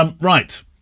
Right